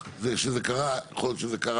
יכול להיות שזה קרה בגלל